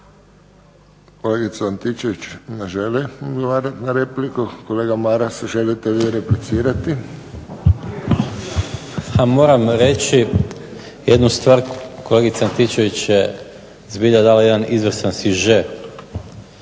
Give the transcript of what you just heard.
Kolegica Antičević ne želi odgovarati na repliku. Kolega Maras želite li replicirati? **Maras, Gordan (SDP)** Pa moram reći jednu stvar, kolegica Antičević zbilja je dala jedan izvrstan siže